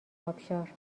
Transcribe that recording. آبشار